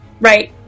Right